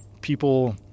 people